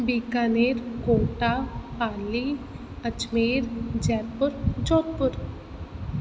Bikaner Kota Pali Ajmer Jaipur Jodhpur